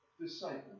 disciple